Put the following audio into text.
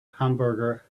hamburger